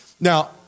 Now